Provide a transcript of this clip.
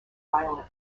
violent